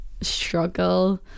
struggle